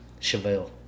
Chevelle